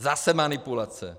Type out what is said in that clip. Zase manipulace.